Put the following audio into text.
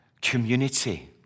community